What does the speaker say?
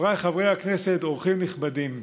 חבריי חברי הכנסת, אורחים נכבדים,